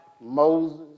Moses